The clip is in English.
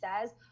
says